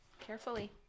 Carefully